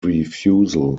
refusal